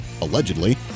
allegedly